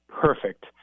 perfect